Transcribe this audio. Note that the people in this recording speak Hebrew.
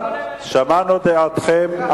שמענו את דעתכם.